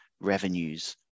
revenues